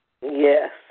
Yes